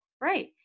Right